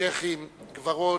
שיח'ים, גברות,